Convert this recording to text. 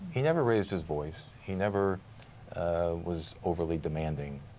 he never raised his voice, he never was overly demanding.